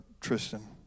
Tristan